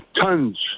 tons